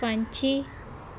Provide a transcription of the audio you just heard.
ਪੰਛੀ